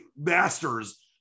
Masters